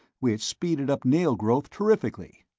which speeded up nail growth terrifically,